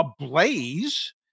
ablaze